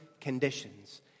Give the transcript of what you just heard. conditions